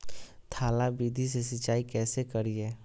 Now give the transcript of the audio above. थाला विधि से सिंचाई कैसे करीये?